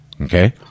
Okay